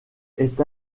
est